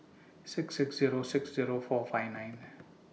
six six Zero six Zero four five nine